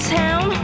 town